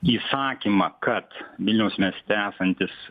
įsakymą kad vilniaus mieste esantis